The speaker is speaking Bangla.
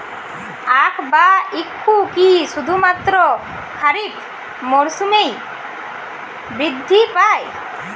আখ বা ইক্ষু কি শুধুমাত্র খারিফ মরসুমেই বৃদ্ধি পায়?